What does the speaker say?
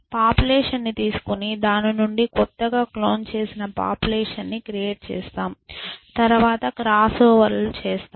population ని తీసుకుని దాని నుండి క్రొత్త గా క్లోన్ చేసిన పాపులేషన్ ని క్రియేట్ చేస్తాం తర్వాత క్రాస్ఓవర్ చేస్తాం